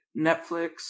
Netflix